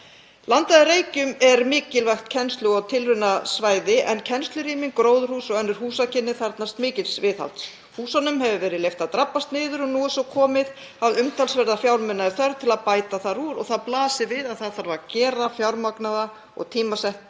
Landið að Reykjum er mikilvægt kennslu- og tilraunasvæði en kennslurými, gróðurhús og önnur húsakynni þarfnast mikils viðhalds. Húsunum hefur verið leyft að drabbast niður og nú er svo komið að umtalsverðra fjármuna er þörf til að bæta þar úr og blasir við að gera þarf fjármagnaða og tímasetta